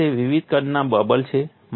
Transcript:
તમારી પાસે વિવિધ કદના બબલ છે